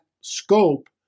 scope